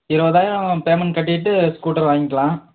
இருபதாயிரம் பேமெண்ட் கட்டிட்டு ஸ்கூட்டர் வாங்கிக்கிலாம்